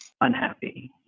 unhappy